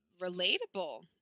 relatable